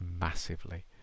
massively